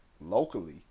locally